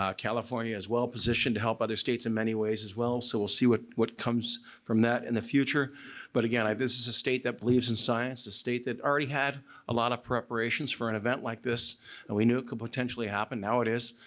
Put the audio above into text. um california is well-positioned to help other states in many ways as well so we'll see what what comes from that in the future but again this is a state that believes in science, the state that already had a lot of preparations for an event like this and we knew it could potentially happen. now it is.